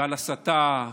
ועל הסתה,